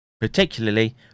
particularly